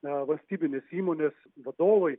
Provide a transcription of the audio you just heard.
na valstybinės įmonės vadovai